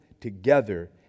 together